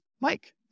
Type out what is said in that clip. Mike